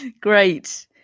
Great